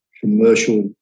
commercial